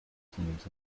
teams